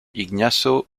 ignacio